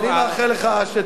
אני מאחל לך שתיהנה.